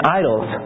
idols